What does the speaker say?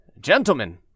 Gentlemen